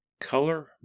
color